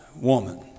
woman